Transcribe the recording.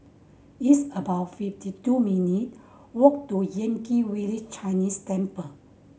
it's about fifty two minute walk to Yan Kit Village Chinese Temple